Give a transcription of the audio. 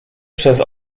przez